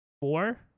four